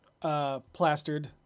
Plastered